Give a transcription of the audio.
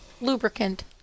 lubricant